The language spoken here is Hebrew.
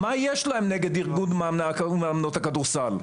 מה יש להם נגד איגוד מאמני ומאמנות הכדורסל.